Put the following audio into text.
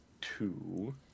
two